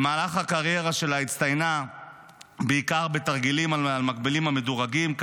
במהלך הקריירה שלה הצטיינה בעיקר בתרגילים על מקבילים מדורגים,